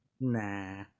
Nah